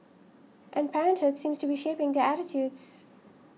and parenthood seems to be shaping their attitudes